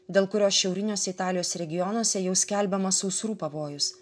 dėl kurios šiauriniuose italijos regionuose jau skelbiamas sausrų pavojus